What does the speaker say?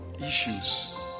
issues